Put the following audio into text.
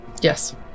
Yes